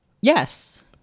yes